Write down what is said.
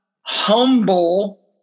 humble